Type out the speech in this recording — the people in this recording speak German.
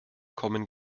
kommen